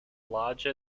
larger